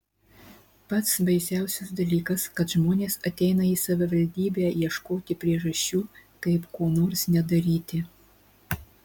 pats baisiausias dalykas kad žmonės ateina į savivaldybę ieškoti priežasčių kaip ko nors nedaryti